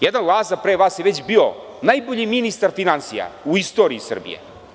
Jedan Laza pre vas je već bio najbolji ministra finansija u istoriji Srbije.